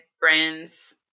brands